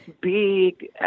big